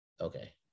okay